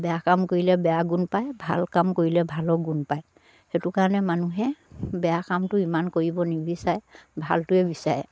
বেয়া কাম কৰিলে বেয়া গুণ পায় ভাল কাম কৰিলে ভালো গুণ পায় সেইটো কাৰণে মানুহে বেয়া কামটো ইমান কৰিব নিবিচাৰে ভালটোৱে বিচাৰে